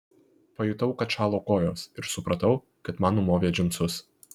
pajutau kad šąla kojos ir supratau kad man numovė džinsus